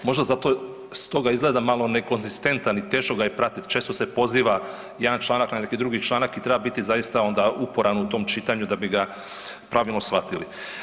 Možda za to, stoga izgleda malo nekonzistentan i teško ga je pratiti, često se poziva jedan članak na neki drugi članak i treba biti zaista onda uporan u tom čitanju da bi ga pravilno shvatili.